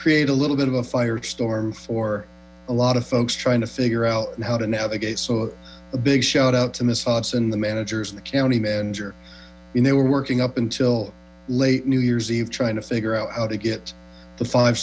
create a little bit of a firestorm for a lot of folks trying to figure out how to navigate so a big shout out to miss hobson the managers and the county manager they were working up until late new year's eve trying to figure out how to get the five